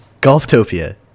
Golftopia